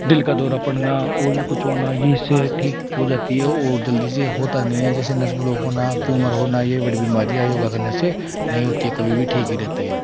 दिल का दौरा पड़ना और भी कुछ होना यह इससे ठीक हो जाती है और जल्दी से यह होता नहीं है जैसे नस ब्लॉक होना ट्यूमर होना यह बड़ी बीमारियां योगा करने से नहीं होती है कभी भी ठीक ही रहती है